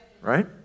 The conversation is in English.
right